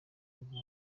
uganda